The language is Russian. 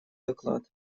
доклад